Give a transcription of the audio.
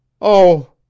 Oh